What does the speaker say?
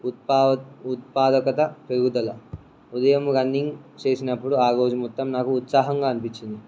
ఉత్పా ఉత్పాదకత పెరుగుదల ఉదయం రన్నింగ్ చేసినప్పుడు ఆ రోజు మొత్తం నాకు ఉత్సాహంగా అనిపించింది